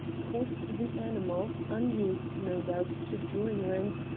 caused the animal, unused, no doubt, to drawing-rooms,